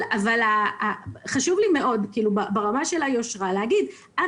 אבל ברמה של היושרה חשוב לי מאוד להגיד שאנחנו